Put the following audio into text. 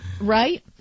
right